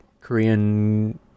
Korean